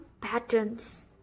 patterns